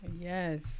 Yes